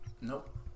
Nope